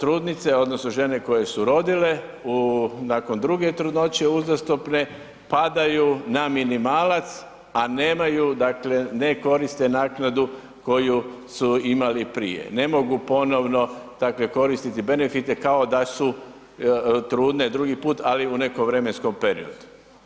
trudnice odnosno žene koje su rodile u, nakon druge trudnoće uzastopne padaju na minimalac, a nemaju dakle, ne koriste naknadu koju su imali prije, ne mogu ponovno takve koristiti benefite kao da su trudne drugi put, ali u nekom vremenskom periodu.